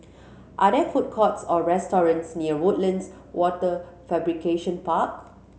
are there food courts or restaurants near Woodlands Wafer Fabrication Park